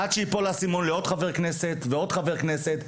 עד שייפול האסימון לעוד חבר כנסת ועוד חבר כנסת.